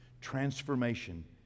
Transformation